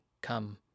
come